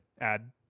add